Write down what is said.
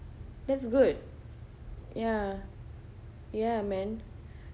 that's good ya ya man